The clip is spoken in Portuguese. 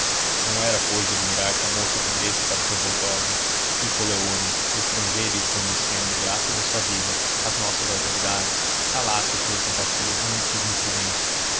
não era pois de admirar que a moça tendesse para os revoltosos e coleoni estrangeiro e conhecendo graças à sua vida as nossas autoridades calasse as suas simpatias num mutismo prudente